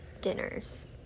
dinners